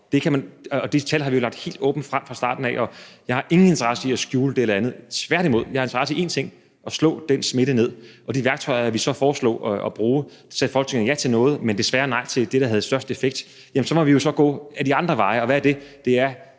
Det tal har vi jo lagt helt åbent frem fra starten af, og jeg har ingen interesse i at skjule det eller andet, tværtimod. Jeg har interesse i én ting: at slå den smitte ned. Og af de værktøjer, vi så foreslog at bruge, sagde Folketinget ja til noget, men desværre nej til det, der havde størst effekt. Men så må vi gå ad de andre veje. Og hvad er det? Det er